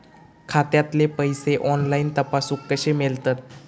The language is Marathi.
खात्यातले पैसे ऑनलाइन तपासुक कशे मेलतत?